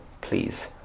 please